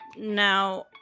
Now